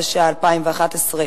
התשע"א 2011,